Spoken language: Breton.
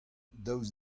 daoust